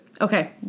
Okay